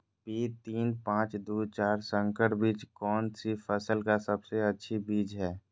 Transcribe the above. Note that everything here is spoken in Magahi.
पी तीन पांच दू चार संकर बीज कौन सी फसल का सबसे अच्छी बीज है?